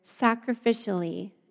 sacrificially